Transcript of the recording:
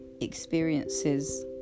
experiences